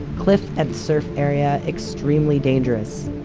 cliff at surf area extremely dangerous.